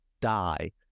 die